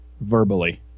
Verbally